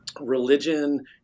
religion